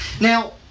Now